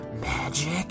magic